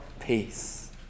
peace